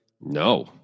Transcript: No